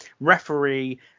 referee